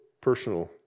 personal